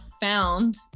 found